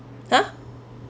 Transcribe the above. !huh!